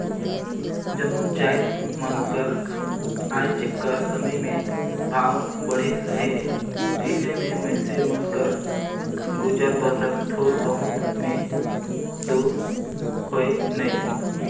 जम्मो जाएत मन कर आएज कर समे में भाव बढ़िस अहे अइसे में मइनसे मन कर गुजर बसर थोर बहुत में दो होए नई